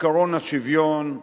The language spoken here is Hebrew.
עקרון השוויון,